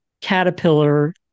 caterpillar